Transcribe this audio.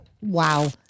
Wow